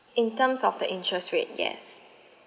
in terms of the interest rate yes